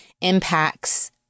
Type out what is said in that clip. impacts